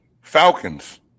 Falcons